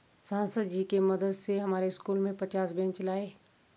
सांसद जी के मदद से हमारे स्कूल में पचास बेंच लाए